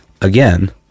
again